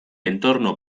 entorno